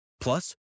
Plus